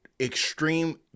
extreme